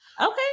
Okay